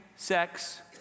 sex